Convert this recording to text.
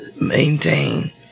maintain